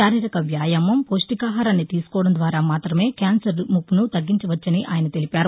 శారీరక వ్యయామం పౌష్టికాహారాన్ని తీసుకోవడం ద్వారా క్యాన్సర్ ముప్పును తగ్గించవచ్చని ఆయన తెలిపారు